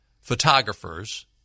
photographers